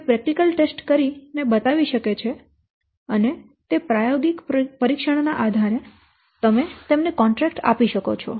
તેથી તે practical test કરીને બતાવી શકે છે અને તે પ્રાયોગિક પરીક્ષણ ના આધારે તમે તેમને કોન્ટ્રેક્ટ આપી શકો છો